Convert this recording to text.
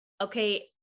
okay